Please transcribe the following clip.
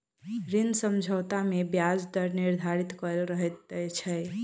ऋण समझौता मे ब्याज दर निर्धारित कयल रहैत छै